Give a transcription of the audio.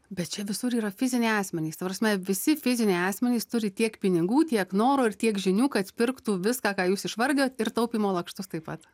bet čia visur yra fiziniai asmenys ta prasme visi fiziniai asmenys turi tiek pinigų tiek noro ir tiek žinių kad pirktų viską ką jūs išvardijot ir taupymo lakštus taip pat